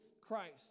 Christ